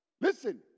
Listen